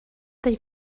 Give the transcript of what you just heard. they